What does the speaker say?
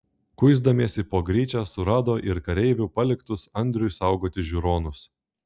kuisdamiesi po gryčią surado ir kareivių paliktus andriui saugoti žiūronus